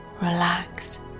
relaxed